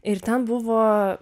ir ten buvo